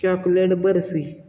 chocolate barfi